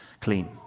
clean